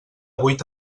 vuit